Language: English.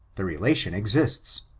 the relation exists.